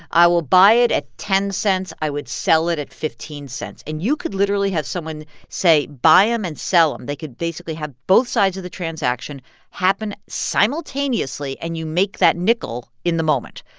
i will buy it at ten cents. i would sell it at fifteen cents. and you could literally have someone say, buy them um and sell them. they could basically have both sides of the transaction happen simultaneously, and you make that nickel in the moment.